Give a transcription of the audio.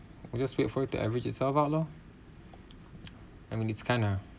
we just wait for it to average itself out lor I mean it's kind of